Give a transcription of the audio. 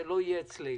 זה לא יהיה אצלנו.